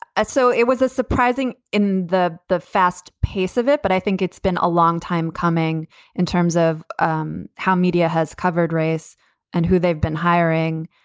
so it was a surprising in the the fast pace of it, but i think it's been a long time coming in terms of um how media has covered race and who they've been hiring.